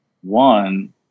One